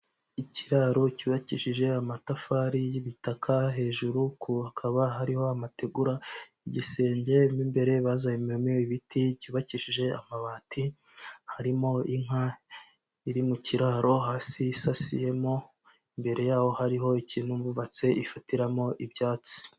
Ikiraro cyubakishije amatafari y'ibitaka, hejuru hakaba hariho amategura, igisenge mo imbere bazamuyemo ibiti cyubakishije amabati, harimo inka iri mu kiraro hasi isasiyemo, imbere yaho hariho ikintu bubatse ifatiramo ibyatsi.